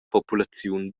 populaziun